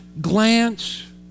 glance